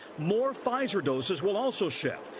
more pfizer doses will also ship.